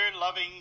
loving